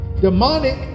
demonic